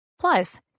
Plus